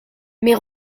mais